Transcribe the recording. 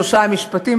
שלושה משפטים,